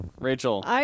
Rachel